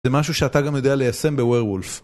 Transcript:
זה משהו שאתה גם יודע ליישם בוויר וולף